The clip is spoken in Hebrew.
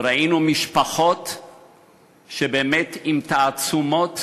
ראינו משפחות שבאמת, עם תעצומות